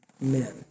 men